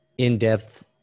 in-depth